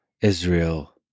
Israel